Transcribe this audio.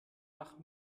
nach